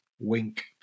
Wink